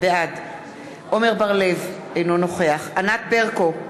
בעד עמר בר-לב, אינו נוכח ענת ברקו,